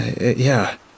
Yeah